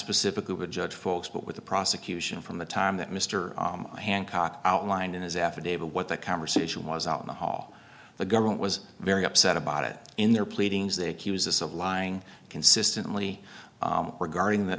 specifically would judge false but with the prosecution from the time that mr hancock outlined in his affidavit what the conversation was out in the hall the government was very upset about it in their pleadings they accuse us of lying consistently regarding th